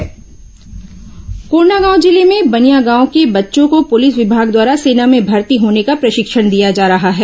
police बच्चे प्रशिक्षण कोंडागांव जिले में बनियागांव के बच्चों को पुलिस विभाग द्वारा सेना में भर्ती होने का प्रशिक्षण दिया जा रहा है